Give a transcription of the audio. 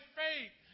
faith